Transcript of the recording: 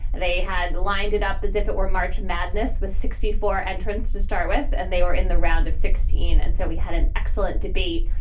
they had lined it up as if it were march madness with sixty four entrants to start with, and they were in the round of sixteen. and so we had an excellent debate.